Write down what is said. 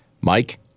Mike